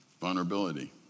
Vulnerability